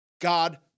God